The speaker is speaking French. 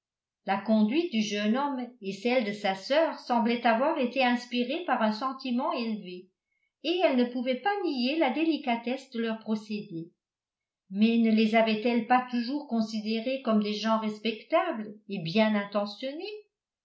la conduite du jeune homme et celle de sa sœur semblait avoir été inspirée par un sentiment élevé et elle ne pouvait pas nier la délicatesse de leur procédé mais ne les avait-elle pas toujours considérés comme des gens respectables et bien intentionnés